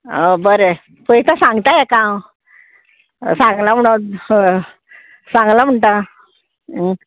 बरें पयळता सांगता हाका हांव सांगलां म्हणोन हय सांगलां म्हणटा